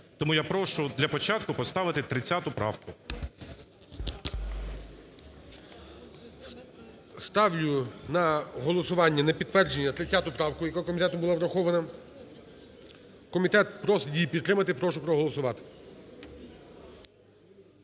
Тому я прошу для початку поставити 30 правку. ГОЛОВУЮЧИЙ. Ставлю на голосування на підтвердження 30 правку, яка комітетом була врахована. Комітет просить її підтримати. Прошу проголосувати.